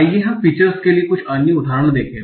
आइए हम फीचर्स के लिए कुछ अन्य उदाहरण देखें